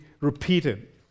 repeated